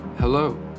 Hello